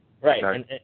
Right